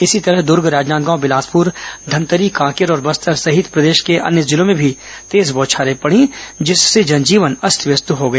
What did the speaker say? इसी तरह दर्ग राजनांदगांव बिलासप्र धमतरी कांकेर और बस्तर सहित प्रदेश को अन्य जिलों में भी तेज बौछारे पड़ी जिससे जनजीवन अस्त व्यस्त हो गया